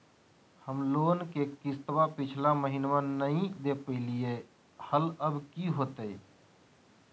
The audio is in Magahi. हम लोन के किस्तवा पिछला महिनवा नई दे दे पई लिए लिए हल, अब की होतई?